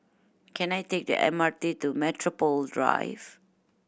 can I take the M R T to Metropole Drive